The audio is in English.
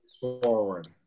forward